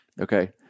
okay